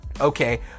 Okay